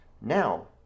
now